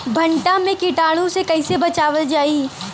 भनटा मे कीटाणु से कईसे बचावल जाई?